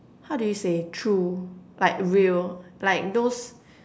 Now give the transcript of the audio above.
how do you say true like real like those